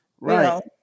Right